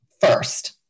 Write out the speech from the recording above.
first